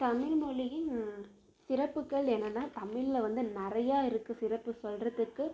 தமிழ்மொழியின் சிறப்புக்கள் என்னென்னா தமிழில் வந்து நிறையா இருக்குது சிறப்பு சொல்கிறத்துக்கு